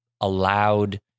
allowed